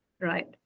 Right